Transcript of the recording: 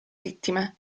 vittime